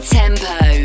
tempo